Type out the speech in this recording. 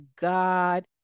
God